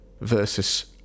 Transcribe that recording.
versus